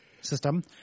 system